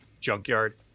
junkyard